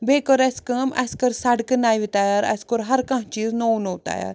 بیٚیہِ کٔر اسہِ کٲم اسہِ کٔر سڑکہٕ نیہِ تیار اسہِ کوٚر ہر کانٛہہ چیٖز نوٚو نوٚو تیار